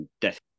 Death